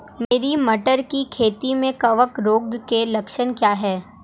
मेरी मटर की खेती में कवक रोग के लक्षण क्या हैं?